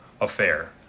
affair